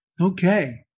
okay